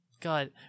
God